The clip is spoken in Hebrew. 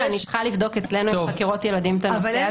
אני צריכה לבדוק אצלנו בחקירות ילדים את הנושא הזה.